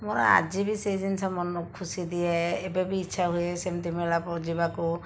ମୋର ଆଜି ବି ସେଇ ଜିନିଷ ମନକୁ ଖୁସିଦିଏ ଏବେ ବି ଇଚ୍ଛା ହୁଏ ସେମିତି ମେଳାକୁ ଯିବାକୁ